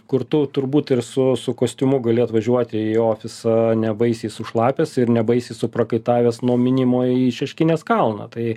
kur tu turbūt ir su su kostiumu gali atvažiuoti į ofisą nebaisiai sušlapęs ir nebaisiai suprakaitavęs nuo mynimo į šeškinės kalną tai